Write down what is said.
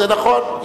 זה נכון,